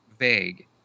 vague